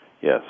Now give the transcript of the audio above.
Yes